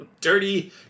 dirty